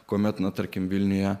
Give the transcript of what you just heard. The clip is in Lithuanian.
kuomet na tarkim vilniuje